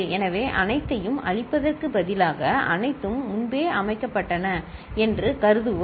எனவே அனைத்தையும் அழிப்பதற்கு பதிலாக அனைத்தும் முன்பே அமைக்கப்பட்டன என்று கருதுவோம்